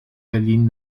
berlin